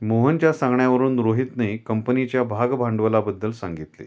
मोहनच्या सांगण्यावरून रोहितने कंपनीच्या भागभांडवलाबद्दल सांगितले